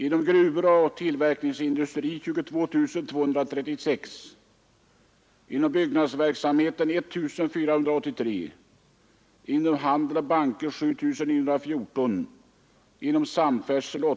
Inom gruvor och Så var alltså yrkesfördelningen 1945.